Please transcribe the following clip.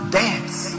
dance